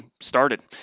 started